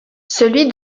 celui